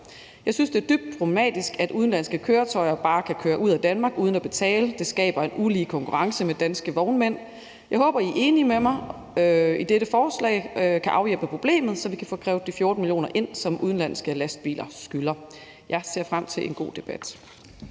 Jeg synes, det er dybt problematisk, at udenlandske køretøjer bare kan køre ud af Danmark uden at betale. Det skaber en ulige konkurrence med danske vognmænd. Jeg håber, I er enige med mig i, at dette forslag kan afhjælpe problemet, så vi kan få krævet de 14 mio. kr., som førere af udenlandske lastbiler skylder, ind. Jeg ser frem til en god debat.